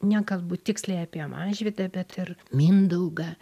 ne galbūt tiksliai apie mažvydą bet ir mindaugą